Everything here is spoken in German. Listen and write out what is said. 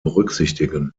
berücksichtigen